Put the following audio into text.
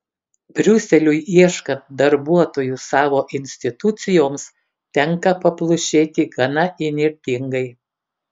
briuseliui ieškant darbuotojų savo institucijoms tenka paplušėti gana įnirtingai